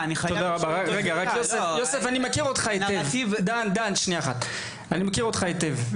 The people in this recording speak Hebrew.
חבר הכנסת, כפי שאמרתי, אני מכיר אותך היטב.